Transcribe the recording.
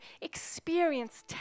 experience